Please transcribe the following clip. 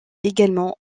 également